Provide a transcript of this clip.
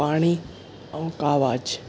पाणी ऐं हिकु आवाज़ु